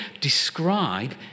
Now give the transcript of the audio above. describe